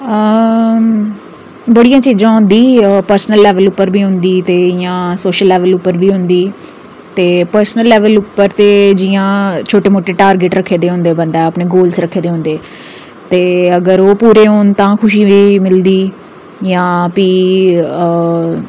बड़ी चीज़ां होंदी पर्सनल लेवल पर होंदी ते इं'या सोशल लेवल पर बी होंदी ते पर्सनल लेवल पर जि'यां छोटे मोटे टारगेट रक्खे दे होंदे बंदे अपने गोल्स रक्खे दे होंदे ते अगर पूरे होन तां खुशी एह् मिलदी जां प्ही ओह्